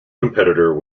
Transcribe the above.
competitor